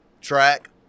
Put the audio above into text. track